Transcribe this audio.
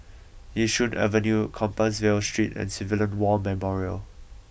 Yishun Avenue Compassvale Street and Civilian War Memorial